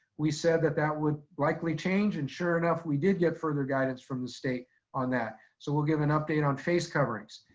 we said that that would likely change, and sure enough, we did get further guidance from the state on that. so we'll give an update on face coverings.